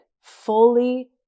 fully